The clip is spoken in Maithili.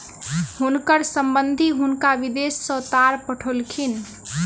हुनकर संबंधि हुनका विदेश सॅ तार पठौलखिन